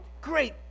Great